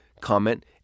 comment